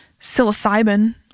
psilocybin